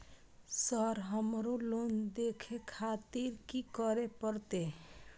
Sir हमरो loan देखें खातिर की करें परतें?